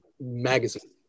magazine